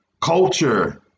Culture